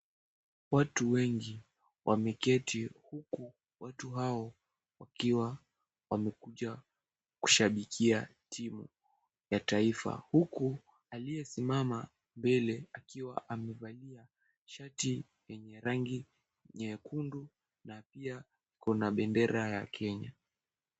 Watu wengi wameketi huku watu hao wakiwa wamekuja kushabikia timu ya taifa huku aliyesimama mbele akiwa amevalia shati yenye rangi nyekundu na pia kuna bendera ya Kenya.